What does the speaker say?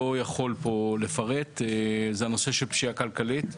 יכול לפרט אבל היא הנושא של פשיעה כלכלית.